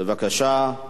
בבקשה.